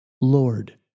Lord